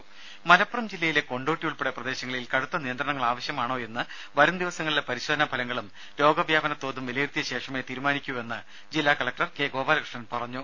രുമ മലപ്പുറം ജില്ലയിലെ കൊണ്ടോട്ടി ഉൾപ്പെടെ പ്രദേശങ്ങളിൽ നിയന്ത്രണങ്ങൾ ആവശ്യമാണോയെന്ന് കടുത്ത വരുംദിവസങ്ങളിലെ പരിശോധനാ ഫലങ്ങളും രോഗവ്യാപനത്തോതും വിലയിരുത്തിയശേഷമേ തീരുമാനിക്കൂവെന്ന് ജില്ലാ കലക്ടർ കെ ഗോപാലകൃഷ്ണൻ പറഞ്ഞു